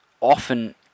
often